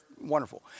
wonderful